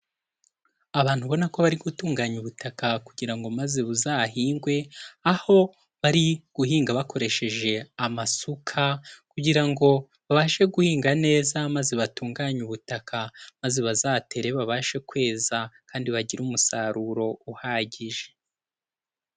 Abantu ubona ko bari gutunganya ubutaka kugira ngo maze buzahingwe, aho bari guhinga bakoresheje amasuka, kugira ngo babashe guhinga neza maze batunganye ubutaka, maze bazatere babashe kweza kandi bagire umusaruro uhagije.